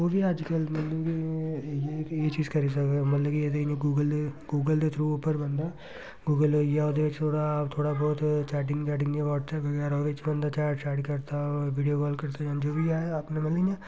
ओह् बी अज्जकल मतलब कि इ'यां कि एह् चीज़ करी सकदे मतलब कि एह्दे गूगल दे गूगल दे थ्रू उप्पर बंदा गूगल होई गेआ ओह्दे च थोह्ड़ा थोह्ड़ा बोह्त चैटिंग वैटिंग वाट्सऐप बगैरा ओह्दे च गै चैट शैट करदा वीडियो काल करदा जां जो बी ऐ अपने मतलब इ'यां